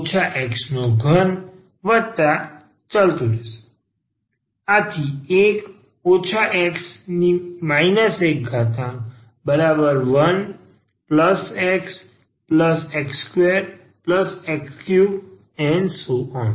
તેથી 1x 11 xx2 x3⋯ 1 x 11xx2x3⋯